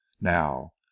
now